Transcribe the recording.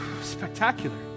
spectacular